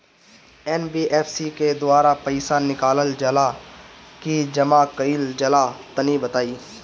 NBFC के द्वारा पईसा निकालल जला की जमा कइल जला तनि बताई?